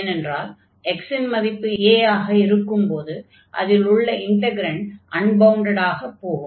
ஏனென்றால் x - இன் மதிப்பு a ஆக இருக்கும் போது இதில் உள்ள இன்டக்ரன்ட் அன்பவுண்டடாக போகும்